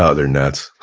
ah they're nuts.